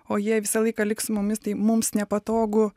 o jie visą laiką liks su mumis tai mums nepatogu